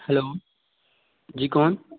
hello जी कौन